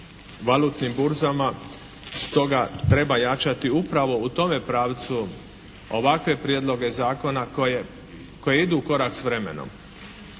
valutnim burzama. Stoga treba jačati upravo u tome pravcu ovakve prijedloge zakona koje, koji idu u korak s vremenom.